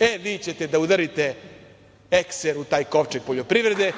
E, vi ćete da udarite ekser u taj kovčeg poljoprivrede.